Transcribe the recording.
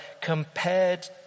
compared